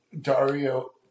Dario